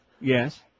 Yes